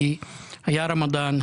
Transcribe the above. כי היה רמדאן,